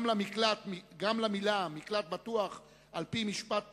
גם למלה 'מקלט בטוח', על-פי משפט פומבי,